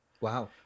Wow